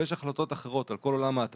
ויש ערעורים על החלטות אחרות על כל עולם ההטבות